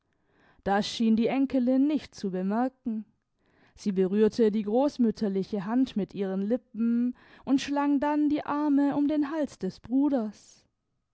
das schien die enkelin nicht zu bemerken sie berührte die großmütterliche hand mit ihren lippen und schlang dann die arme um den hals des bruders